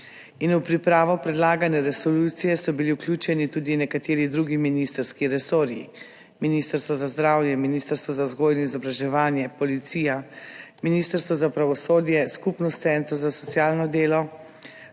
V pripravo predlagane resolucije so bili vključeni tudi nekateri drugi ministrski resorji – Ministrstvo za zdravje, Ministrstvo za vzgojo in izobraževanje, Policija, Ministrstvo za pravosodje, Skupnost centrov za socialno delo